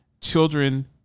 children